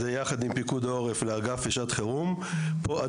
זה יחד עם פיקוד העורף לאגף לשעת חירום.